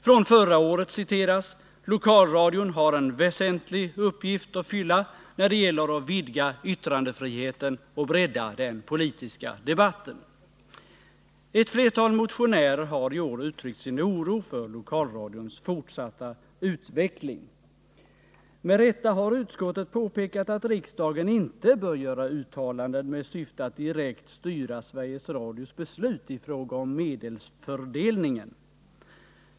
Från förra året citeras: ———- ”lokalradion har en väsentlig uppgift att fylla när det gäller att vidga yttrandefriheten och bredda den politiska debatten” . Ett flertal motionärer har i år uttryckt sin oro för lokalradions fortsatta utveckling. Med rätta har utskottet påpekat att riksdagen inte bör göra uttalanden med syfte att direkt styra Sveriges Radios beslut i fråga om medelsfördelningen.